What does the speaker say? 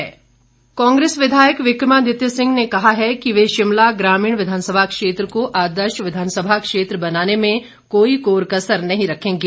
विक्रमादित्य सिंह कांग्रेस विधायक विक्रमादित्य सिंह ने कहा है कि वह शिमला ग्रामीण विधानसभा क्षेत्र को आदर्श विधानसभा क्षेत्र बनाने में कोई कोर कसर नहीं रखेंगे